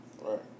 Right